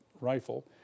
rifle